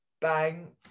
bang